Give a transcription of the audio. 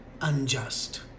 unjust